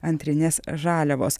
antrinės žaliavos